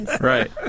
Right